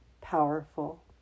powerful